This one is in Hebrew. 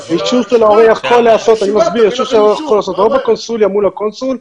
אישור של ההורה יכול להיעשות או בקונסוליה מול הקונסול,